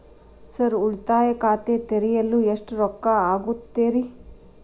Sir ಉಳಿತಾಯ ಖಾತೆ ತೆರೆಯಲು ಎಷ್ಟು ರೊಕ್ಕಾ ಆಗುತ್ತೇರಿ?